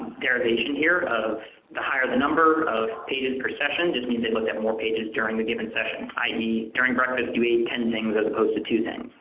derivation here of the higher the number of pages per session just means they looked at more pages during the given session time i e. during breakfast you ate ten things as opposed to two things.